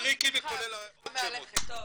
ריקי וכולל עוד שמות.